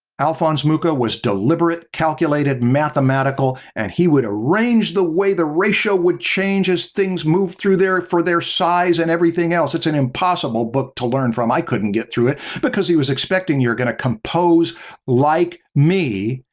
alphonse mucha was deliberate, calculated, mathematical, and he would arrange the way the ratio would change as things move through there for their size and everything else. it's an impossible book to learn from, i couldn't get through it. because he was expecting you're going to compose like me,